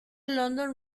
london